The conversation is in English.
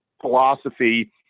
philosophy